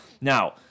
Now